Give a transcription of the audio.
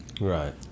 Right